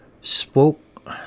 Spoke